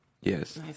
Yes